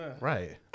Right